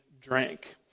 drank